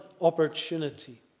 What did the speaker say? opportunity